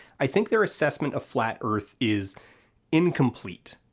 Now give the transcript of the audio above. i think their assessment of flat earth is incomplete.